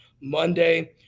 Monday